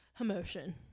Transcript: emotion